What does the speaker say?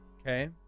okay